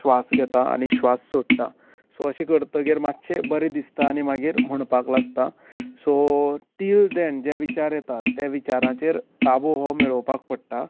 श्वास घेतां आनी श्वास सोडटां सो अशें करतकच मातशें बरें दिसता आनी मागीर म्हणपाक लागता सो टील देन जे विचार येतात ते विचाराचेर ताबो हो मेळोवपाक पडटा